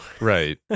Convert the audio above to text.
Right